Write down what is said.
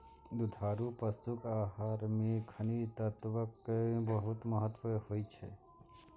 दुधारू पशुक आहार मे खनिज तत्वक बहुत महत्व होइ छै